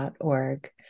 org